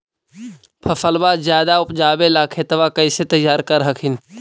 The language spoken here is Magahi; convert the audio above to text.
फसलबा ज्यादा उपजाबे ला खेतबा कैसे तैयार कर हखिन?